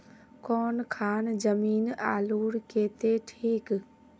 कौन खान जमीन आलूर केते ठिक?